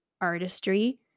artistry